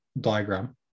diagram